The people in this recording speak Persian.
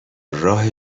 راه